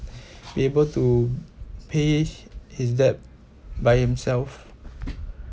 be able to pay his debt by himself